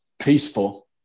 peaceful